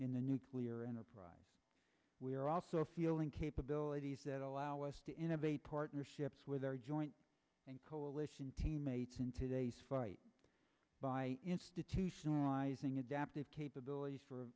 in the nuclear enterprise we are also feeling capabilities that allow us to innovate partnerships with our joint coalition teammates in today's fight by institutionalizing adaptive capabilities for